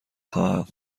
خواهم